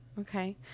Okay